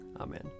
Amen